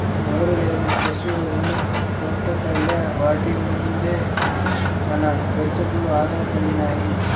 నోరులేని పశుల్ని కొట్టకయ్యా వాటి మిందే మన బ్రతుకులు ఆధారపడినై